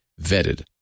vetted